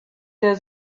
der